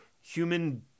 human